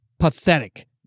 pathetic